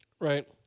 right